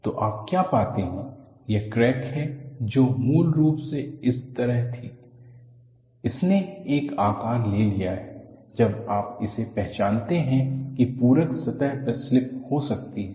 तो आप क्या पाते हैं यह क्रैक है जो मूल रूप से इस तरह थी इसने एक आकार ले लिया है जब आप इसे पहचानते हैं कि पूरक सतह पर स्लिप हो सकती है